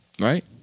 Right